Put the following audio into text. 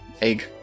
egg